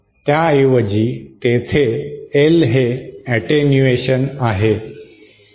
त्याऐवजी तेथे L हे ऍटेन्युएशन आहे